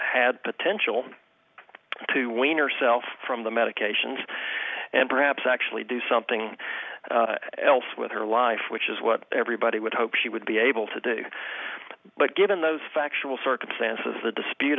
had potential to wean yourself from the medications and perhaps actually do something else with her life which is what everybody would hope she would be able to do but given those factual circumstances the dispute